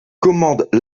commande